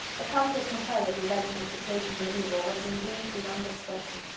the comfort to her of the regiment's approaching removal was indeed beyond expression.